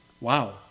Wow